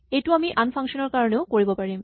এইটো আমি আন ফাংচন ৰ কাৰণেও কৰিব পাৰিম